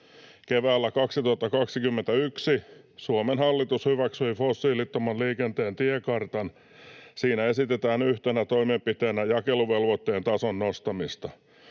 Keväällä 2021 Suomen hallitus hyväksyi fossiilittoman liikenteen tiekartan. Siinä esitetään yhtenä toimenpiteenä jakeluvelvoitteen tason nostamista.